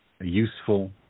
useful